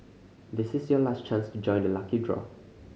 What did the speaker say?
this is your last chance to join the lucky draw